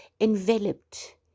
enveloped